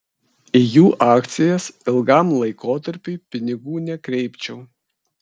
į jų akcijas ilgam laikotarpiui pinigų nekreipčiau